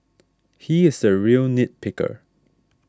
he is a real nit picker